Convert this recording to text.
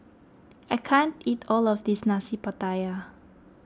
I can't eat all of this Nasi Pattaya